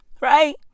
Right